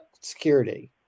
security